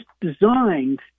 designed